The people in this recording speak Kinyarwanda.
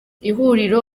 ihuriro